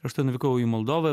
aš tada nuvykau į moldovą